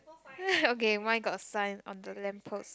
okay mine got sign on the lamp post